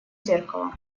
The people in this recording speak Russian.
зеркало